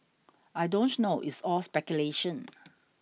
I don't know it's all speculation